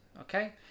okay